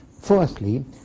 Fourthly